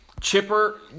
Chipper